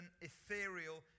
ethereal